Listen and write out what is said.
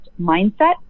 mindset